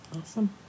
Awesome